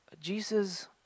Jesus